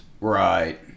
Right